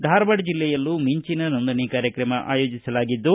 ಧಾರವಾಡ ಜಿಲ್ಲೆಯಲ್ಲೂ ಮಿಂಚಿನ ನೋಂದಣಿ ಕಾರ್ಯಕ್ರಮ ಆಯೋಜಿಸಲಾಗಿದ್ದು